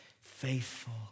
Faithful